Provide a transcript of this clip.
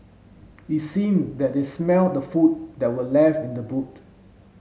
it seemed that they smelt the food that were left in the boot